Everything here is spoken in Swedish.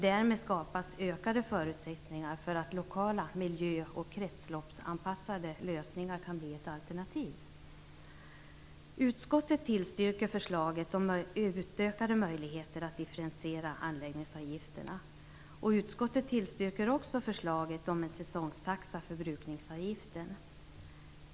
Därmed skapas ökade förutsättningar för att lokala miljö och kretsloppsanpassade lösningar kan bli ett alternativ. Utskottet tillstyrker förslaget om utökade möjligheter att differentiera anläggningsavgifterna. Utskottet tillstyrker också förslaget om en säsongstaxa för brukningsavgiften.